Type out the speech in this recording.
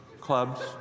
clubs